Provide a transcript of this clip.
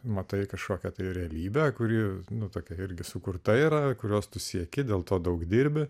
matai kažkokią tai realybę kuri nutuokia irgi sukurta yra kurios tu sieki dėl to daug dirbi